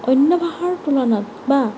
অন্য ভাষাৰ তুলনাত বা